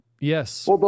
Yes